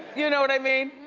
you know what i mean?